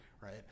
right